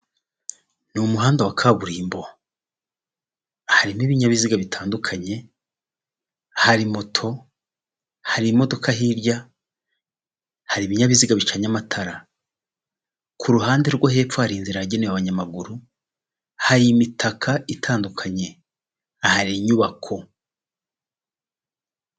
Ni umuhanda wa kaburimbo harimo ibinyabiziga bitandukanye hari moto, harimodoka hirya, hari ibinyabiziga bicanye amatara, ku ruhande rwo hepfo hari inzira yagenewe abanyamaguru hari imitaka itandukanye hari inyubako.